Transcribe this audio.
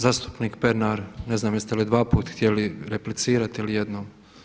Zastupnik Pernar, ne znam jeste li dva puta htjeli replicirati ili jednom.